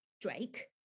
Drake